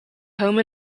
home